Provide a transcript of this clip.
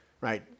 right